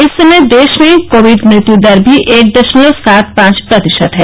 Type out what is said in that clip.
इस समय देश में कोविड मृत्यू दर भी एक दशमलव सात पांच प्रतिशत है